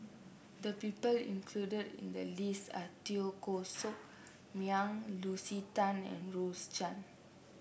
the people included in the list are Teo Koh Sock Miang Lucy Tan and Rose Chan